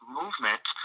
movement